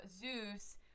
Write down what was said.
Zeus